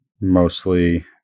mostly